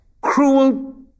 cruel